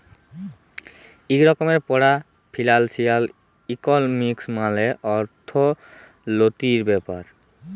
ইক রকমের পড়া ফিলালসিয়াল ইকলমিক্স মালে অথ্থলিতির ব্যাপার